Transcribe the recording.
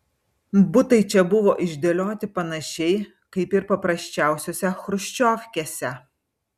butai čia buvo išdėlioti panašiai kaip ir paprasčiausiose chruščiovkėse